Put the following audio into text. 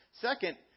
Second